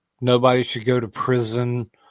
nobody-should-go-to-prison